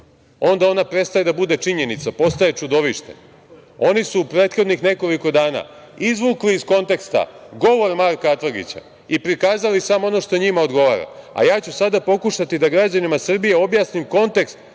onda ona prestaje da bude činjenica, postaje čudovište. Oni su u prethodnih nekoliko dana izvukli iz konteksta govor Marka Atlagića i prikazali samo ono što njima odgovara, a ja ću sada pokušati da građanima Srbije objasnim koncept